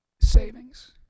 savings